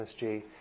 MSG